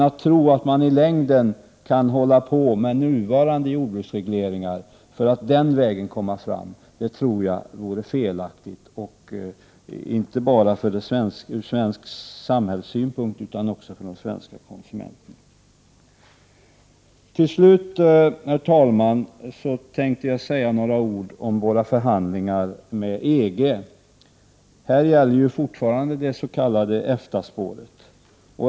Att tro att man i längden kan hålla på med nuvarande jordbruksregleringar, för att den vägen komma fram, vore felaktigt inte bara ur samhällssynpunkt utan också ur konsumenternas synpunkt. Herr talman! Till slut tänkte jag säga några ord om våra förhandlingar med EG. Här gäller fortfarande det s.k. EFTA-spåret.